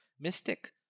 Mystic